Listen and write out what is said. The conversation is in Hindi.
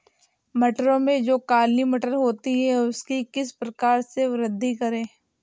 मटरों में जो काली मटर होती है उसकी किस प्रकार से वृद्धि करें?